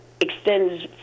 extends